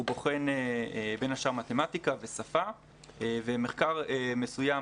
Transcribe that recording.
הוא בוחן בין השאר מתמטיקה ושפה ומחקר מסוים